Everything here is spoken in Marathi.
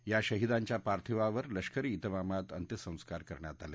या शहिदांच्या पार्थिवावर लष्करी विमामात अंत्यसंस्कार करण्यात आले